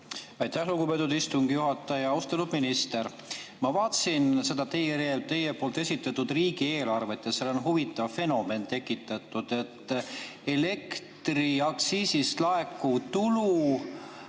Aitäh, lugupeetud istungi juhataja! Austatud minister! Ma vaatasin seda teie poolt esitatud riigieelarvet ja seal on huvitav fenomen tekitatud. Elektriaktsiisist laekuv tulu